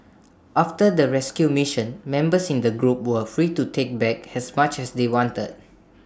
after the rescue mission members in the group were free to take back as much as they wanted